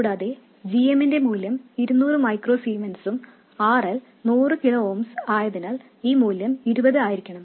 കൂടാതെ g mന്റെ മൂല്യം 200 മൈക്രോ സീമെൻസും R L 100 കിലോ ഓംസ് ആയതിനാൽ ഈ മൂല്യം 20 ആയിരിക്കണം